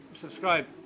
Subscribe